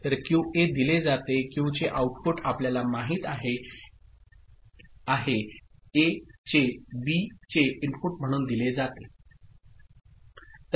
तर क्यूए दिले जाते क्यूचे आउटपुट आपल्याला माहित आहे ए चे बी चे इनपुट म्हणून दिले जाते